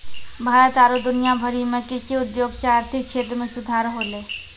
भारत आरु दुनिया भरि मे कृषि उद्योग से आर्थिक क्षेत्र मे सुधार होलै